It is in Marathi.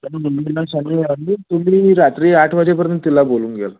तुम्ही मुलीला शनिवारी रात्री आठ वाजेपर्यंत तिला बोलवून घ्याल